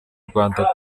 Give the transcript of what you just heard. rwanda